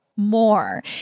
more